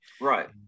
Right